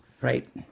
Right